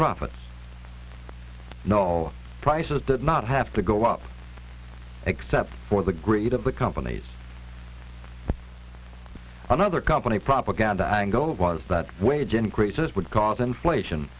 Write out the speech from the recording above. profits no prices did not have to go up except for the greed of the companies another company propaganda angle was that wage increases would cause inflation